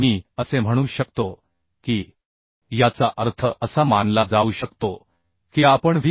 मी असे म्हणू शकतो की याचा अर्थ असा मानला जाऊ शकतो की आपण व्ही